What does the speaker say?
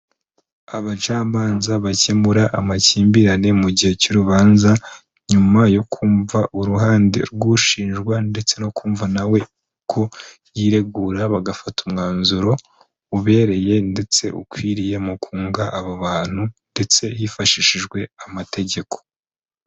Abacamanza bakemura amakimbirane mu gihe cy'urubanza nyuma yo kumva uruhande rw'ushinjwa ndetse no kumva nawe ko yiregura bagafata umwanzuro ubereye ndetse ukwiriye mu kunga abo bantu ndetse hifashishijwe amategeko.